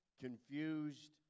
confused